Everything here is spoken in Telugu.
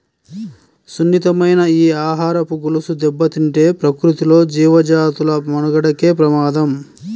సున్నితమైన ఈ ఆహారపు గొలుసు దెబ్బతింటే ప్రకృతిలో జీవజాతుల మనుగడకే ప్రమాదం